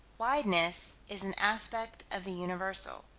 wideness is an aspect of the universal.